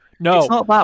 No